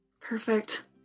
Perfect